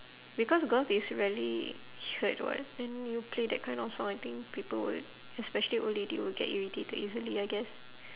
because goth is rarely heard [what] then you play that kind of song I think people would especially old lady will get irritated easily I guess